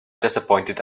disappointed